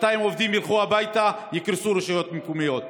200 עובדים ילכו הביתה ויקרסו רשויות מקומיות.